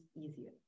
easier